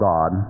God